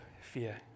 fear